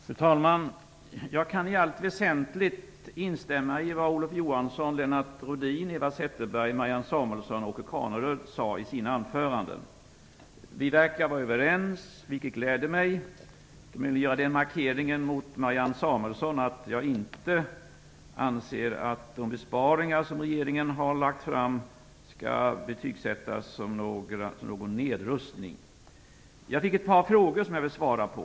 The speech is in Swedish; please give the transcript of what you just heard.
Fru talman! Jag kan i allt väsentligt instämma i vad Olof Johansson, Lennart Rohdin, Eva Zetterberg, Marianne Samuelsson och Åke Carnerö sade i sina anföranden. Vi verkar att vara överens, vilket gläder mig. Men jag vill göra den markeringen mot Marianne Samuelsson att jag inte anser att de förslag till besparingar som regeringen har lagt fram skall betecknas som en nedrustning. Jag fick ett par frågor som jag vill svara på.